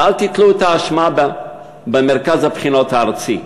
ואל תתלו את האשמה במרכז הבחינות הארצי,